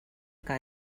que